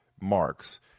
marks